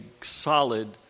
solid